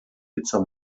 pizza